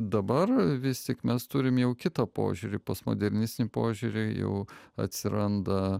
dabar vis tik mes turime jau kitą požiūrį postmodernistinį požiūrį jau atsiranda